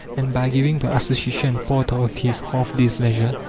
and by giving the association part of his half-days' leisure,